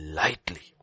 lightly